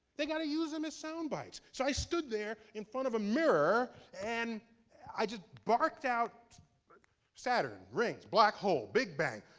they got to use them as sound bites. so i stood there in front of a mirror and i just barked out saturn, rings, black hole, big bang,